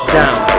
down